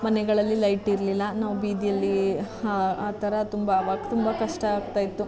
ಮನೆಗಳಲ್ಲಿ ಲೈಟ್ ಇರಲಿಲ್ಲ ನಾವು ಬೀದಿಲಿ ಆ ಆ ಥರ ತುಂಬ ಅವಾಗ ತುಂಬ ಕಷ್ಟ ಆಗ್ತಾಯಿತ್ತು